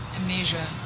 Amnesia